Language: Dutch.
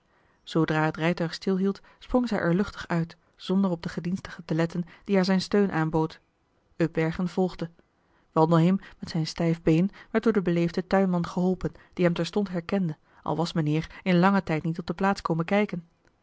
zoodra het rijtuig stilhield sprong zij er luchtig uit zonder op den gedienstige te letten die haar zijn steun marcellus emants een drietal novellen aanbood upbergen volgde wandelheem met zijn stijf been werd door den beleefden tuinman geholpen die hem terstond herkende al was mijnheer in langen tijd niet op de plaats komen kijken